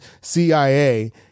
CIA